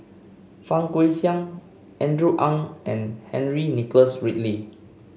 Fang Guixiang Andrew Ang and Henry Nicholas Ridley